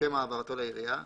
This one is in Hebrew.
לשם העברתו לעירייה,